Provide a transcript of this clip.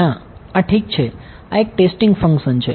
ના આ ઠીક છે આ એક ટેસ્ટીંગ ફંક્શન છે